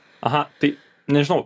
aha tai nežinau